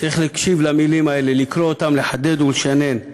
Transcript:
צריך להקשיב למילים האלה, לקרוא אותן, לחדד ולשנן.